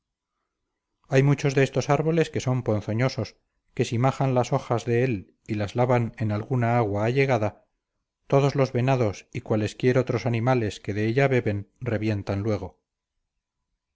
hay muchos de estos árboles que son ponzoñosos que si majan las hojas de él y las lavan en alguna agua allegada todos los venados y cualesquier otros animales que de ella beben revientan luego